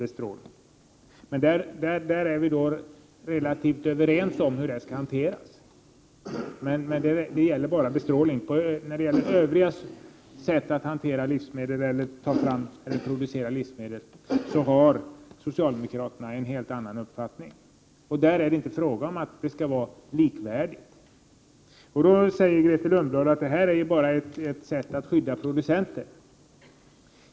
bestrålning. Vi är relativt överens om hur vi skall agera när det gäller bestrålningen, men när det gäller övriga sätt att hantera eller producera livsmedel har socialdemokraterna en helt annan uppfattning. Och då är det inte fråga om att det skall vara likvärdigt. Grethe Lundblad säger att detta bara är ett sätt att skydda producenter.